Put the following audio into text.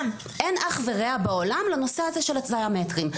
אח ורע בעולם לנושא הזה של 10 מטרים.